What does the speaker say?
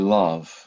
love